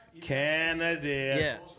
Canada